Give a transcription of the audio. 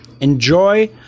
Enjoy